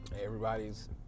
Everybody's